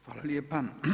Hvala lijepa.